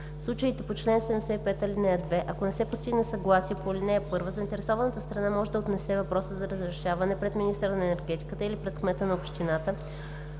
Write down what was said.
случаите по чл. 75, ал. 2, ако не се постигне съгласие по ал. 1, заинтересованата страна може да отнесе въпроса за разрешаване пред министъра на енергетиката или пред кмета на общината,